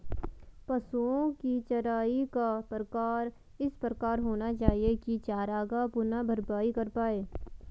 पशुओ की चराई का प्रकार इस प्रकार होना चाहिए की चरागाह पुनः भरपाई कर पाए